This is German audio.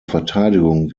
verteidigung